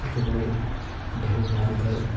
ସେତେବେଳେ ଢ଼େଉ ମାରିଥାଏ